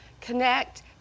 connect